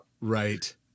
Right